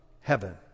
heaven